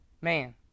Man